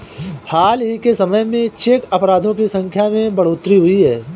हाल ही के समय में चेक अपराधों की संख्या में बढ़ोतरी हुई है